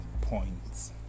points